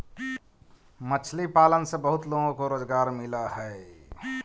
मछली पालन से बहुत लोगों को रोजगार मिलअ हई